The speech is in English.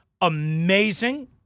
amazing